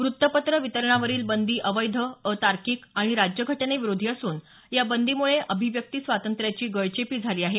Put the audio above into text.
व्तत्तपत्रं वितरणावरील बंदी अवैध अतार्किक आणि राज्यघटनाविरोधी असून या बंदीमुळे अभिव्यक्ती स्वातंत्र्याची गळचेपी झाली आहे